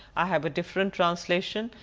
i have different translation,